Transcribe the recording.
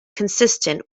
consistent